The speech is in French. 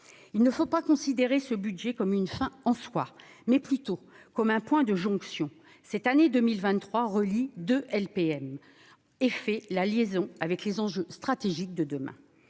Il faut considérer ce budget non pas comme une fin en soi, mais plutôt comme un point de jonction : cette année 2023 relie deux LPM et fait la liaison avec les enjeux stratégiques de demain.